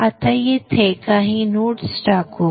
आता येथे काही नोड्स टाकू